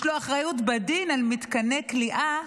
יש לו אחריות בדין על מתקני כליאה,